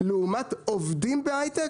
לעומת עובדים בהייטק,